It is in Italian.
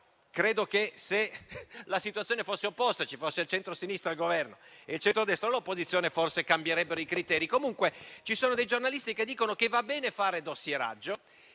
Credo che, se la situazione fosse opposta e se ci fossero il centrosinistra al Governo e il centrodestra all'opposizione, forse cambierebbero i criteri. Comunque ci sono dei giornalisti che dicono che va bene fare dossieraggio